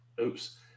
oops